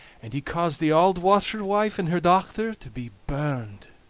and he caused the auld washerwife and her dochter to be burned.